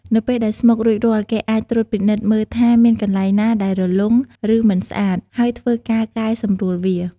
នៅពេលដែលស្មុគរួចរាល់ គេអាចត្រួតពិនិត្យមើលថាមានកន្លែងណាដែលរលុង ឬមិនស្អាត ហើយធ្វើការកែសម្រួលវា។